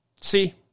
See